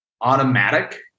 automatic